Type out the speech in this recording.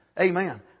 Amen